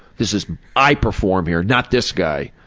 this is i perform here, not this guy.